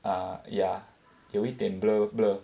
ah ya 有一点 blur blur